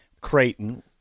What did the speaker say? Creighton